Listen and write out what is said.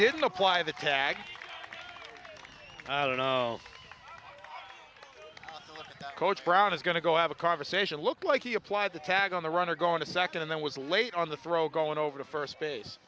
didn't apply the tag i don't know that coach brown is going to go have a conversation look like he applied the tag on the runner going to second and then was late on the throw going over to first base